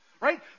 right